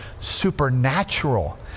supernatural